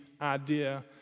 idea